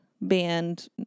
Band